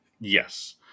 Yes